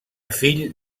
fill